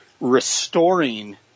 restoring